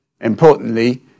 Importantly